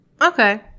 Okay